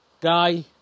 guy